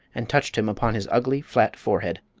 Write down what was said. and touched him upon his ugly, flat forehead.